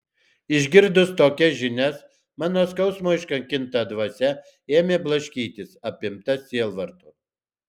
išgirdus tokias žinias mano skausmo iškankinta dvasia ėmė blaškytis apimta sielvarto